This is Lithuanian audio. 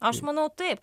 aš manau taip